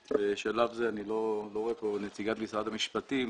בשלב זה אני לא רואה כאן את נציגת משרד המשפטים.